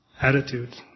attitude